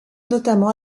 notamment